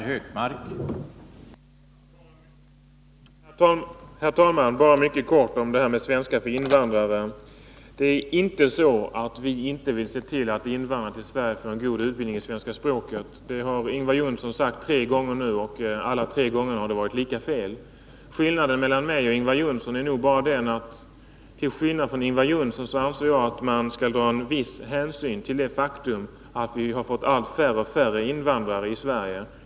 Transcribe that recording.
Herr talman! Bara mycket kort om detta med svenska för invandrare. Det är inte så att vi inte vill att invandrarna till Sverige skall få god utbildning i svenska språket. Det har Ingvar Johnsson sagt tre gånger nu, men alla tre gångerna har det varit lika fel. Skillnaden mellan oss är bara den att till skillnad från Ingvar Johnsson anser jag att man bör ta viss hänsyn till det faktum att vi fått allt färre invandrare i Sverige.